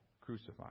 crucified